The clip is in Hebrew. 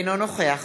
אינו נוכח